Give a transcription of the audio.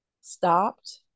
stopped